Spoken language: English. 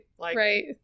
Right